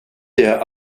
der